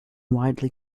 widely